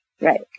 right